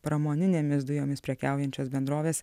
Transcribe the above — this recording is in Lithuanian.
pramoninėmis dujomis prekiaujančios bendrovės